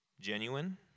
genuine